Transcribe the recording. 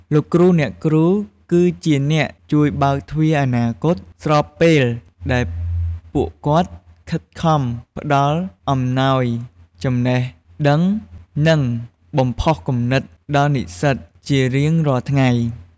លោកគ្រូ អ្នកគ្រូគឺជាអ្នកជួយបើកទ្វារអនាគត ស្របពេលដែលពួកគាត់ខិតខំផ្តល់អំណោយចំណេះដឹង និងបំផុសគំនិតដល់និស្សិតជារៀងរាល់ថ្ងៃ។